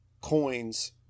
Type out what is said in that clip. coins